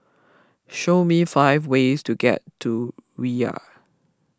show me five ways to get to Riyadh